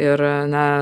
ir na